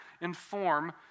inform